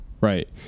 Right